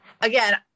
again